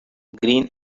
green